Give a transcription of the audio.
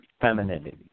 femininity